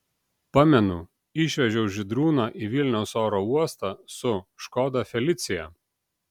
pamenu išvežiau žydrūną į vilniaus oro uostą su škoda felicia